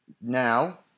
now